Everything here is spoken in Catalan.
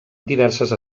diverses